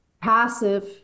passive